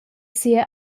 sia